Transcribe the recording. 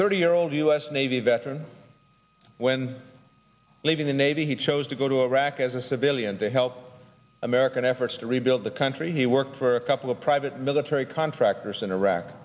thirty year old u s navy veteran when leaving the navy he chose to go to iraq as a civilian to help american efforts to rebuild the country he worked for a couple of private military contractors in iraq